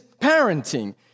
parenting